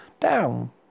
down